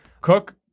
Cook